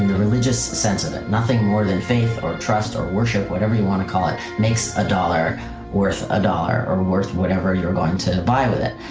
religious sense of it. nothing more than faith or trust or worship, or whatever you want to call it, makes a dollar worth a dollar, or worth whatever you're going to buy with it.